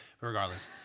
regardless